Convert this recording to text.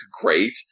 great